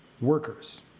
workers